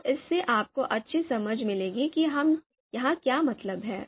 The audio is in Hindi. तो इससे आपको अच्छी समझ मिलेगी कि हम यहाँ क्या मतलब है